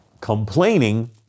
complaining